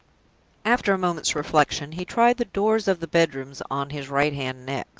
after a moment's reflection, he tried the doors of the bedrooms on his right hand next,